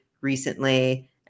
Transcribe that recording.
recently